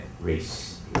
race